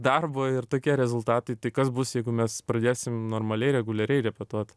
darbo ir tokie rezultatai tai kas bus jeigu mes pradėsim normaliai reguliariai repetuot